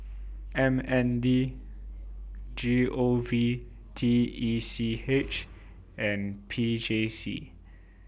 M N D G O V T E C H and P J C